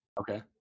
Okay